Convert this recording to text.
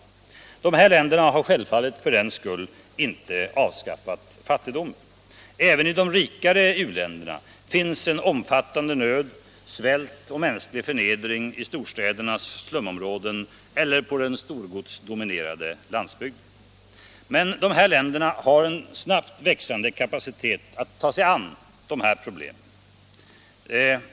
De här länderna har självfallet för den skull inte avskaffat fattigdomen. Även i de rikare u-länderna finns en omfattande nöd, svält och mänsklig förnedring i storstädernas slumområden eller på den storgodsdominerade landsbygden. Men dessa länder har en snabbt växande kapacitet att ta sig an de egna problemen.